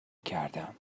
کردم